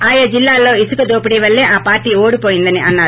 ఆయా జిల్లాల్లో ఇసుక దోపిడీ వల్లే ఆ పార్టీ ఓడిపోయిందని అన్నారు